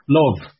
love